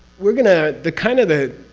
we're going to. the kind of the.